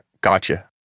Gotcha